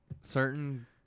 certain